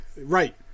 Right